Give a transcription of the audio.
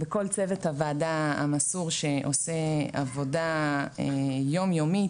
בכל צוות הוועדה המסור שעושה עבודה יום יומית